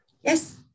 Yes